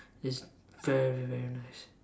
it's very very nice